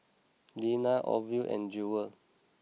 Deena Orvel and Jewel